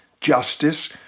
Justice